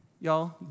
y'all